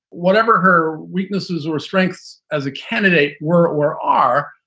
whatever her weaknesses or strengths as a candidate, were or are,